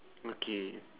okay